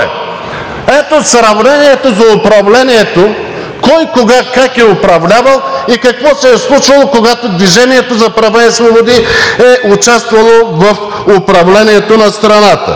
Ето сравнението за управлението кой, кога, как е управлявал и какво се е случвало, когато „Движение за права и свободи“ е участвало в управлението на страната.